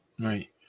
Right